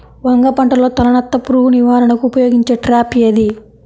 వంగ పంటలో తలనత్త పురుగు నివారణకు ఉపయోగించే ట్రాప్ ఏది?